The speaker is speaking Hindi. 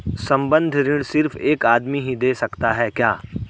संबंद्ध ऋण सिर्फ एक आदमी ही दे सकता है क्या?